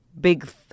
big